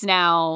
now